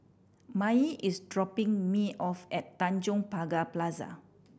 Maye is dropping me off at Tanjong Pagar Plaza